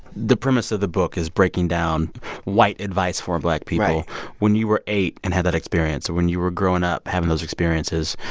the premise of the book is breaking down white advice for black people right when you were eight and had that experience, or when you were growing up having those experiences,